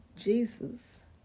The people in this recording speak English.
Jesus